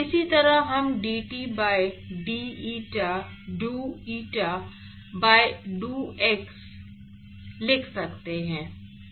इसी तरह हम dt by d eta dou eta by dou x लिख सकते हैं